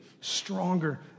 stronger